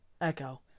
Echo